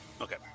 Okay